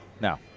no